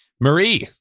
Marie